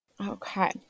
Okay